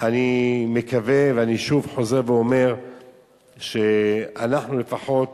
אני מקווה, ואני שוב חוזר ואומר שאנחנו לפחות